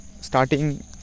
starting